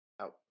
out